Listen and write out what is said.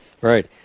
Right